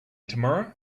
tomorrow